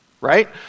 right